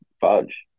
fudge